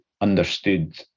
understood